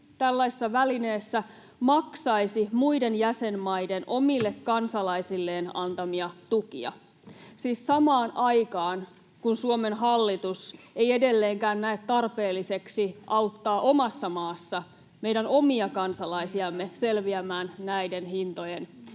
tällaisessa välineessä maksaisi muiden jäsenmaiden omille kansalaisilleen antamia tukia, siis samaan aikaan, kun Suomen hallitus ei edelleenkään näe tarpeelliseksi auttaa omassa maassa meidän omia kansalaisiamme selviämään näiden hintojen